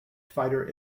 fighter